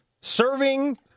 serving